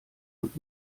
und